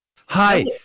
hi